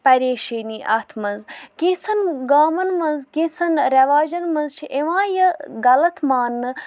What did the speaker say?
پَریشٲنی اَتھ منٛز کیژھن گامَن منٛز کیژَھن ریواجن منٛزچھِ یِوان یہِ غلط ماننہٕ